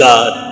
God